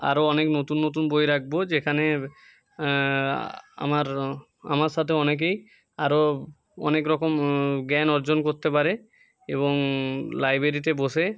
আরো অনেক নতুন নতুন বই রাখবো যেখানে আমার আমার সাথে অনেকেই আরো অনেক রকম জ্ঞান অর্জন করতে পারে এবং লাইব্ৰেরিতে বসে